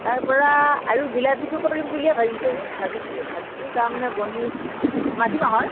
তাৰপৰা আৰু জিলাপীটো কৰিম বুলিয়ে ভাবিছিলোঁ ভাবিছিলোঁ ভাবিছো তাৰমানে বনি মাটিমাহৰ